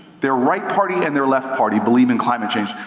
their right party and their left party, believe in climate change.